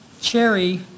cherry